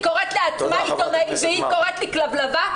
היא קוראת לעצמה עיתונאית ולי היא קוראת כלבלבה?